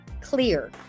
clear